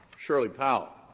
shirley powell,